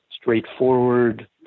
straightforward